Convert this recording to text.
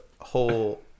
whole